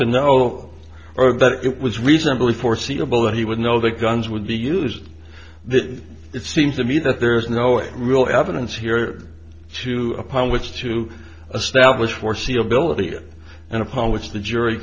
to know that it was reasonably foreseeable that he would know that guns would be used this seems to me that there's no real evidence here to upon which to establish foreseeability and upon which the jury